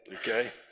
okay